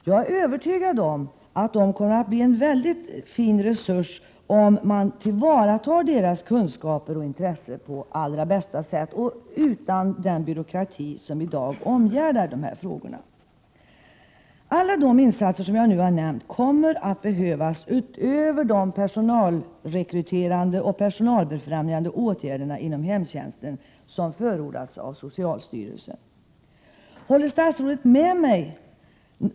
Jag är övertygad om att de kommer att bli en väldigt fin resurs, om man verkligen tillvaratar deras kunskaper och intresse på allra bästa sätt, och utan att tillämpa den byråkrati som i dag omgärdar de här frågorna. Alla de insatser som jag nu har nämnt kommer att behövas, utöver de personalrekryterande och personalbefrämjande åtgärder inom hemtjänsten som förordats av socialstyrelsen. Håller statsrådet med mig?